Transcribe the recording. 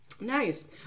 Nice